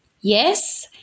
yes